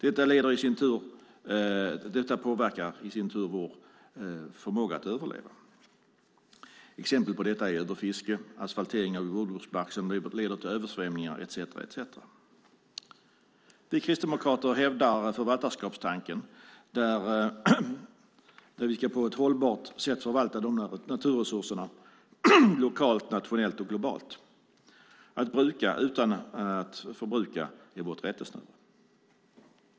Detta påverkar i sin tur vår förmåga att överleva. Exempel på detta är överfiske, asfaltering av jordbruksmark som leder till översvämningar etcetera. Vi Kristdemokrater hävdar förvaltarskapstanken, där vi på ett hållbart sätt ska förvalta naturresurserna lokalt, nationellt och globalt. Att bruka utan att förbruka är vårt rättesnöre.